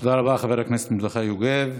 תודה רבה, חבר הכנסת מרדכי יוגב.